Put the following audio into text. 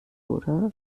oder